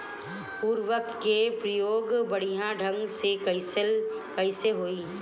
उर्वरक क प्रयोग बढ़िया ढंग से कईसे होई?